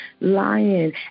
lion